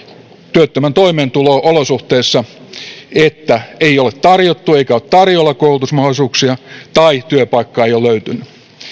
työttömän toimeentuloa olosuhteissa että ei ole tarjottu eikä ole tarjolla koulutusmahdollisuuksia tai työpaikkaa ei ole löytynyt